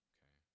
Okay